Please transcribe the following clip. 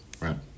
right